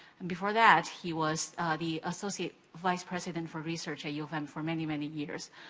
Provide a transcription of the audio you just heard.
and before that, he was the associate vice president for research at u of m for many, many years.